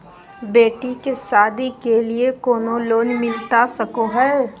बेटी के सादी के लिए कोनो लोन मिलता सको है?